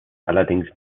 allerdings